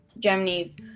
Germany's